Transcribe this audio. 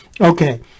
Okay